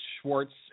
Schwartz